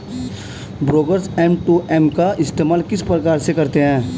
Brokers M two M का इस्तेमाल किस प्रकार से करते हैं?